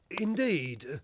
Indeed